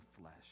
flesh